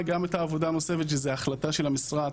גם העבודה הנוספת שזה החלטה של המשרד,